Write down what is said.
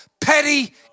petty